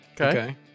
Okay